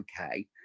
okay